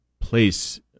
place